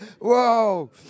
Whoa